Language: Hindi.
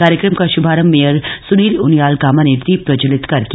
कार्यक्रम का शुभारम्भ मेयर सुनील उनियाल गामा ने दीप प्रज्वलित कर किया